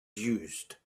used